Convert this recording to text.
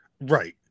right